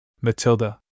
Matilda